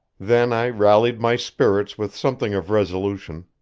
then i rallied my spirits with something of resolution,